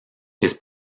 his